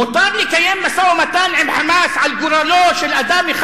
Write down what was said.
מותר לקיים משא-ומתן עם "חמאס" על גורלו של אדם אחד,